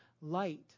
light